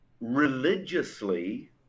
religiously